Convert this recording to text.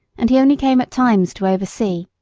and he only came at times to oversee.